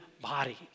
body